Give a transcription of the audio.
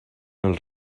els